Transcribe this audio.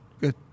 good